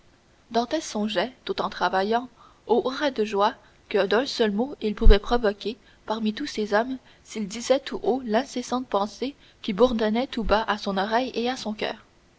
commença dantès songeait tout en travaillant au hourra de joie que d'un seul mot il pourrait provoquer parmi tous ces hommes s'il disait tout haut l'incessante pensée qui bourdonnait tout bas à son oreille et à son coeur